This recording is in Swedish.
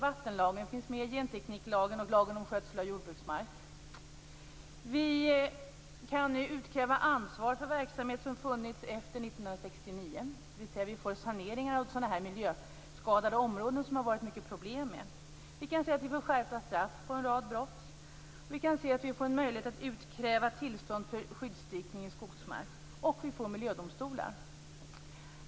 Vattenlagen finns med, liksom gentekniklagen och lagen om skötsel av jordbruksmark. Nu kan vi utkräva ansvar för verksamhet som funnits efter år 1969, dvs. vi får en sanering av miljöskadade områden som det varit mycket problem med. Vi kan se att det blir skärpta straff för en rad brott. Vi kan också se att vi får en möjlighet att utkräva tillstånd för skyddsdikning i skogsmark. Dessutom får vi miljödomstolar.